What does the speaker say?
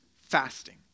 fasting